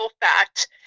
fact